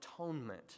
atonement